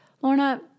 Lorna